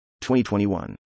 2021